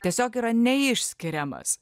tiesiog yra neišskiriamas